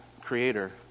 creator